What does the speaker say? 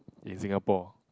in Singapore